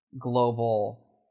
global